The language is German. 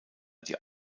die